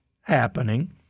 happening